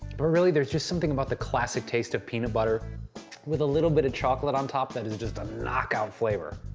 but really there's just something about the classic taste of peanut butter with a little bit of chocolate on top that is just a knock out flavor.